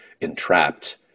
entrapped